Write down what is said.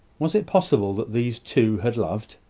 was it possible that these two had loved?